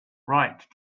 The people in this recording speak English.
write